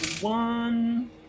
one